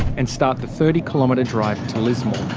and start the thirty km um and drive to lismore.